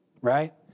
right